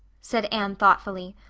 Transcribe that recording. said anne thoughtfully.